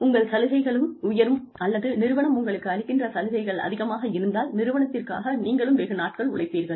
உங்கள் சலுகைகளும் உயரும் அல்லது நிறுவனம் உங்களுக்கு அளிக்கின்ற சலுகைகள் அதிகமாக இருந்தால் நிறுவனத்திற்காக நீங்களும் வெகு நாட்கள் உழைப்பீர்கள்